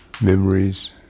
memories